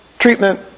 treatment